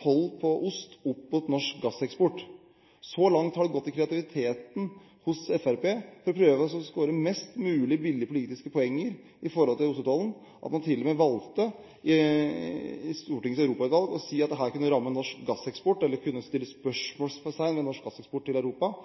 toll på ost opp mot norsk gasseksport. Så langt har det gått i kreativiteten hos Fremskrittspartiet for å prøve å score flest mulig billige politiske poenger i forhold til ostetollen at man til og med valgte i Stortingets europautvalg å si at dette kunne ramme norsk gasseksport, eller det kunne settes spørsmålstegn ved norsk gasseksport til Europa.